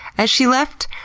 as she left,